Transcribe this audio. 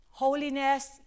Holiness